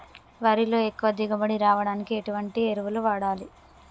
వరిలో ఎక్కువ దిగుబడి రావడానికి ఎటువంటి ఎరువులు వాడాలి?